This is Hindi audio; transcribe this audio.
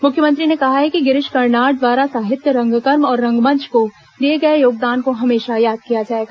मुख्यमंत्री ने कहा कि गिरीश कर्नाड द्वारा साहित्य रंगकर्म और रंगमंच को दिए गए योगदान को हमेशा याद किया जाएगा